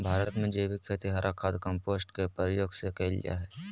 भारत में जैविक खेती हरा खाद, कंपोस्ट के प्रयोग से कैल जा हई